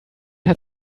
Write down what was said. hat